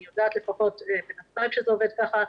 אני יודעת לפחות בנתב"ג שזה עובד ככה,